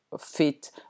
fit